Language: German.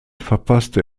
verpasste